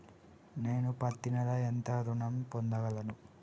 నేను పత్తి నెల ఎంత ఋణం పొందగలను?